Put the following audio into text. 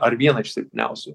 ar vieną iš silpniausių